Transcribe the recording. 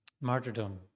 martyrdom